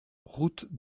route